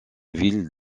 ville